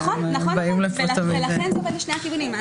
נכון, ולכן זה לשני הכיוונים.